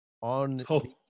on